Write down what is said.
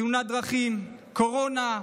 תאונת דרכים, קורונה,